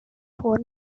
wurde